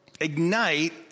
ignite